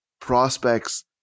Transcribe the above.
prospects